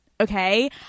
Okay